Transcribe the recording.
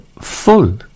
full